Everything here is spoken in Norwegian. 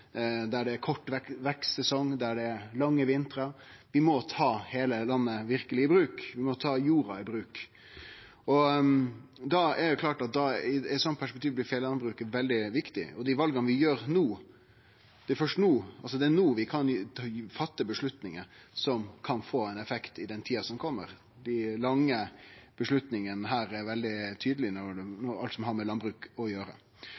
der det er kort vekstsesong, der det er lange vintrar – vi må verkeleg ta heile landet i bruk, vi må ta jorda i bruk. Da er det klart at i eit sånt perspektiv blir fjellandbruket veldig viktig. Det er no vi kan ta avgjerder som kan få effekt i tida som kjem. Dei langsiktige avgjerdene er veldig tydelege for alt som har med landbruk å gjere.